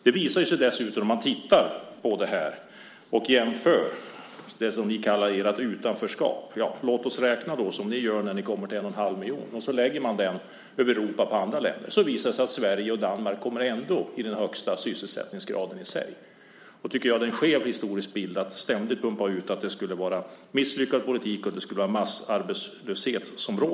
Man kan titta på hur det är här och jämföra det som ni kallar utanförskap med andra länder. Låt oss räkna som ni gör när ni kommer till en och en halv miljon. Om man lägger den siffran över andra länder i Europa visar det sig att Sverige och Danmark ändå har den högsta sysselsättningsgraden. Jag tycker därför att det ger en skev historiebild att ständigt pumpa ut att det förts en misslyckad politik och att det råder massarbetslöshet.